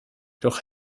doch